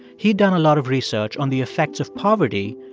he'd done a lot of research on the effects of poverty.